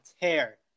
tear